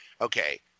Okay